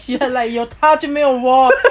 有他就没有我